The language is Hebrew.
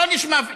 עונש מוות,